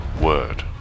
word